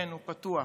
כן ופתוח,